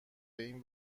این